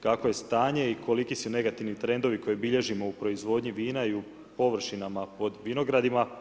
kakvo je stanje i koliki su negativni trendovi koje bilježimo u proizvodnji vina i površinama pod vinogradima.